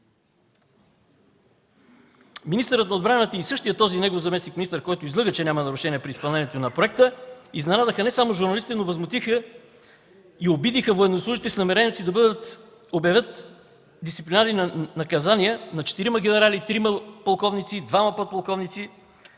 министърът на отбраната и същият този негов заместник-министър, който излъга, че няма нарушения при изпълнението на проекта, изненадаха не само журналистите, но възмутиха и обидиха военнослужещите с намерението си да обявяват дисциплинарни наказания на четирима генерали, трима полковници, двама подполковници